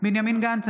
בנימין גנץ,